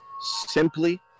simply